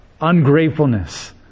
ungratefulness